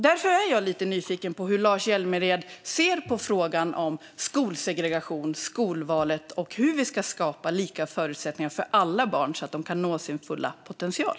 Därför är jag nyfiken på hur Lars Hjälmered ser på skolsegregation och skolval och på hur vi ska skapa lika förutsättningar för alla barn, så att de kan nå sin fulla potential.